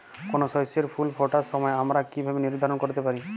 কোনো শস্যের ফুল ফোটার সময় আমরা কীভাবে নির্ধারন করতে পারি?